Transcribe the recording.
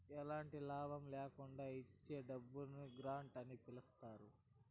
ఎలాంటి లాభం ల్యాకుండా ఇచ్చే డబ్బును గ్రాంట్ అని పిలుత్తారు